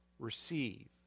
receive